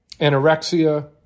anorexia